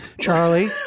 Charlie